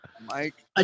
Mike